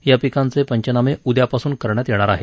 या पिकांचे पंचनामे उद्यापासून करण्यात येणार आहेत